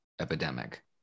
epidemic